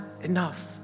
enough